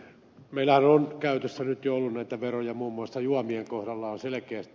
meillähän on käytössä nyt jo ollut näitä veroja muun muassa juomien kohdalla on selkeästi